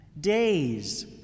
Days